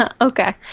Okay